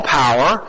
power